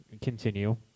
continue